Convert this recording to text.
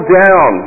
down